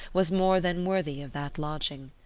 was more than worthy of that lodging.